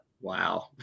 Wow